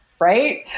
right